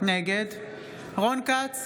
נגד רון כץ,